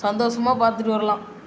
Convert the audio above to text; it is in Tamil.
சந்தோஸமா பார்த்துட்டு வரலாம்